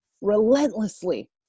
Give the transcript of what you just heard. relentlessly